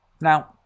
now